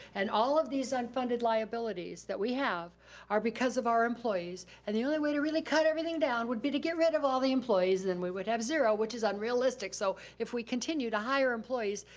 and all of these unfunded liabilities that we have are because of our employees, and the only way to really cut everything down would be to get rid of all the employees then we would have zero, which is unrealistic, so if we continue to hire employees,